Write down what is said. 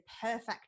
perfect